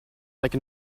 like